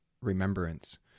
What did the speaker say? remembrance